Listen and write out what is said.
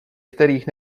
kterých